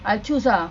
I choose ah